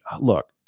look